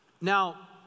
Now